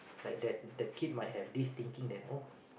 like that the kid might have this thinking that oh